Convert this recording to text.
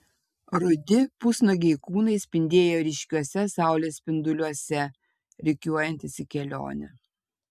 rudi pusnuogiai kūnai spindėjo ryškiuose saulės spinduliuose rikiuojantis į kelionę